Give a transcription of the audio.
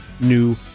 new